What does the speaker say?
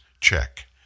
check